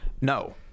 no